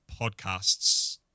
podcasts